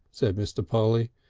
said mr. polly,